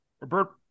Robert